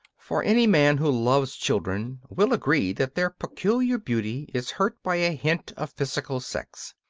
for any man who loves children will agree that their peculiar beauty is hurt by a hint of physical sex.